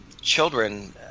children